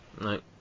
No